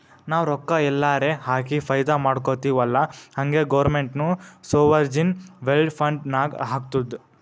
ನಾವು ರೊಕ್ಕಾ ಎಲ್ಲಾರೆ ಹಾಕಿ ಫೈದಾ ಮಾಡ್ಕೊತಿವ್ ಅಲ್ಲಾ ಹಂಗೆ ಗೌರ್ಮೆಂಟ್ನು ಸೋವರ್ಜಿನ್ ವೆಲ್ತ್ ಫಂಡ್ ನಾಗ್ ಹಾಕ್ತುದ್